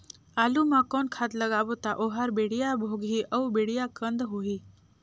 आलू मा कौन खाद लगाबो ता ओहार बेडिया भोगही अउ बेडिया कन्द होही?